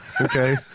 Okay